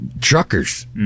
truckers